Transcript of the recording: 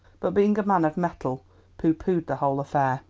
but being a man of mettle pooh-poohed the whole affair.